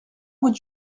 would